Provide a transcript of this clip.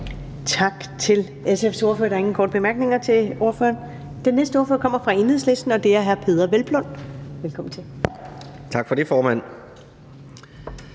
Tak til SF's ordfører. Der er ingen korte bemærkninger til ordføreren. Den næste ordfører kommer fra Enhedslisten, og det er hr. Peder Hvelplund. Velkommen til. Kl. 15:35 (Ordfører)